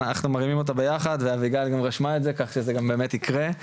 אנחנו מרימים אותה ביחד וגל גם רשמה את זה כך שזה גם באמת יקרה.